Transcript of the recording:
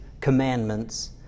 commandments